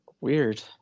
weird